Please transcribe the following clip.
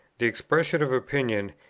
the expression of opinion,